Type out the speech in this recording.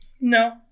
No